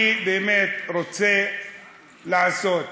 אני רוצה לעשות